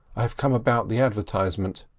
i have come about the advertisement.